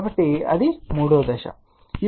కాబట్టి అది 3 వ దశ అవుతుంది